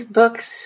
books